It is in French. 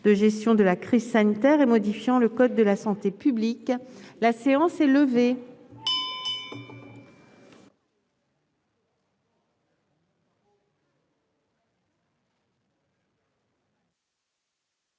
de gestion de la crise sanitaire et modifiant le code de la santé publique (texte de